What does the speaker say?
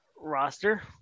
roster